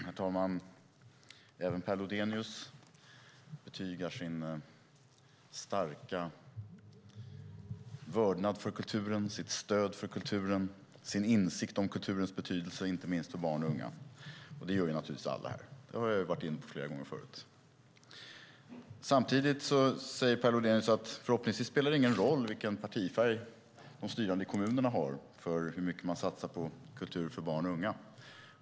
Herr talman! Även Per Lodenius betygar sin starka vördnad för kulturen, sitt stöd för kulturen och sin insikt om kulturens betydelse inte minst för barn och unga. Det gör vi naturligtvis alla här. Det har jag varit inne på flera gånger förut. Samtidigt säger Per Lodenius att det förhoppningsvis inte spelar någon roll vilken partifärg de styrande i kommunerna har för hur mycket de satsar på kultur för barn och unga.